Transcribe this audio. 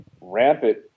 rampant